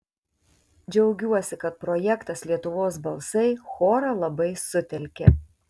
džiaugiuosi kad projektas lietuvos balsai chorą labai sutelkė